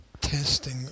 testing